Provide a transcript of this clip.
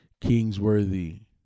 kingsworthy